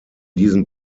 diesen